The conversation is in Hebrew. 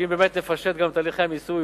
שאם באמת נפשט את הליכי המיסוי,